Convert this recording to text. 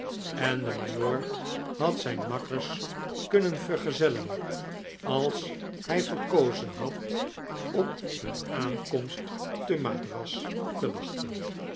en de majoor had zijn makkers kunnen vergezellen als hij verkozen had op hun aankomst te madras te wachten